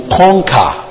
conquer